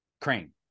Crane